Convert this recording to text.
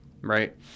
right